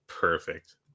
Perfect